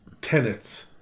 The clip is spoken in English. Tenets